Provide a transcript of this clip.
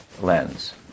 lens